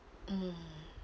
mm